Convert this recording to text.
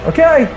Okay